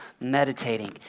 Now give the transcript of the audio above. meditating